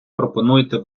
пропонуєте